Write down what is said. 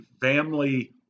family